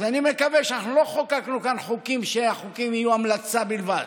אז אני מקווה שאנחנו לא חוקקנו כאן חוקים כדי שהחוקים יהיו המלצה בלבד.